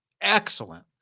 excellent